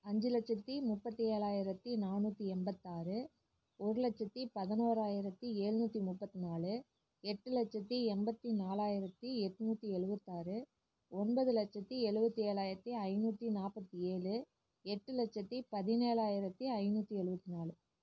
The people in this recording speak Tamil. அஞ்சு லட்சத்தி முப்பத்தி ஏழாயிரத்தி நானூற்றி எண்பத்தாறு ஒரு லட்சத்தி பதுனோராயிரத்தி ஏழுநூத்தி முப்பத்தி நாலு எட்டு லட்சத்தி எண்பத்தி நாலாயிரத்தி எட்நூற்றி எழுவத்தாறு ஒன்பது லட்சத்தி எழுவத்தி ஏழாயிரத்தி ஐநூற்றி நாற்பத்தி ஏழு எட்டு லட்சத்தி பதினேழாயிரத்தி ஐநூற்றி எழுவத்தி நாலு